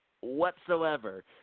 whatsoever